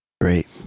Great